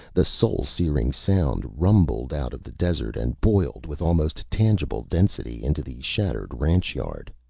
the soul-searing sound rumbled out of the desert and boiled with almost tangible density into the shattered ranch yard.